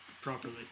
properly